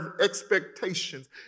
expectations